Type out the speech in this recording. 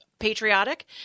patriotic